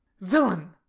villain